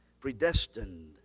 predestined